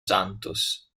santos